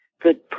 good